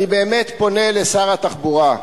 אני באמת פונה לשר התחבורה,